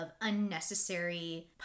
unnecessary